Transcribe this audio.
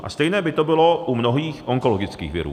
A stejné by to bylo u mnohých onkologických virů.